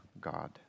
God